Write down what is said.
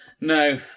No